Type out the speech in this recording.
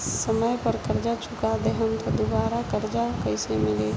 समय पर कर्जा चुका दहम त दुबाराकर्जा कइसे मिली?